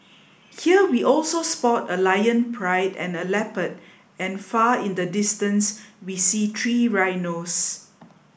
here we also spot a lion pride and a leopard and far in the distance we see three rhinos